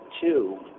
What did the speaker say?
two